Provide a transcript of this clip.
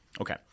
Okay